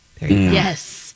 Yes